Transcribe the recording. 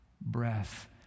breath